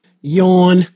Yawn